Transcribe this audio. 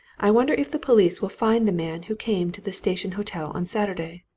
i wonder if the police will find the man who came to the station hotel on saturday?